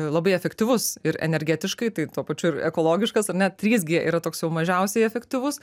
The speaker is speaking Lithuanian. labai efektyvus ir energetiškai tai tuo pačiu ir ekologiškas ar ne trys gie yra toks jau mažiausiai efektyvus